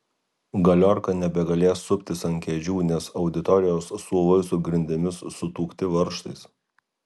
galiorka nebegalės suptis ant kėdžių nes auditorijos suolai su grindimis sutuokti varžtais